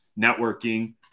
networking